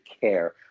care